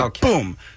Boom